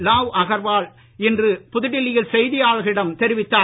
லாவ் அகர்வால் இன்று புதுடெல்லியில் செய்தியாளர்களிடம் தெரிவித்தார்